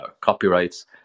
copyrights